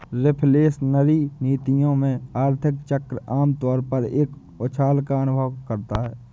reflationary नीतियों में, आर्थिक चक्र आम तौर पर एक उछाल का अनुभव करता है